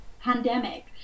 pandemic